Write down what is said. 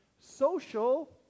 social